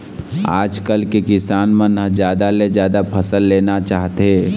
आजकाल के किसान मन ह जादा ले जादा फसल लेना चाहथे